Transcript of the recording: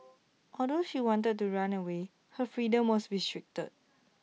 although she wanted to run away her freedom was restricted